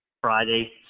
Friday